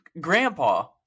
grandpa